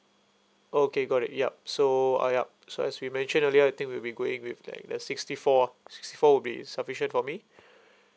okay got it yup so ah yup so as we mentioned earlier I think will be going with like the sixty four six four would be sufficient for me